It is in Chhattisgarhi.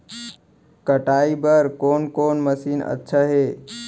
कटाई बर कोन कोन मशीन अच्छा हे?